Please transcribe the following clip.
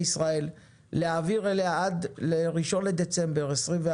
ישראל להעביר אליה עד 1 בדצמבר 2021,